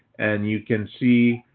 and you can see